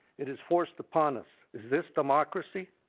it is forced upon us. is this democracy?